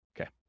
okay